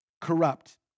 Corrupt